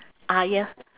ah ya